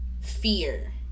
Fear